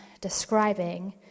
describing